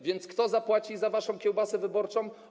Więc kto zapłaci za waszą kiełbasę wyborczą?